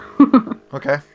Okay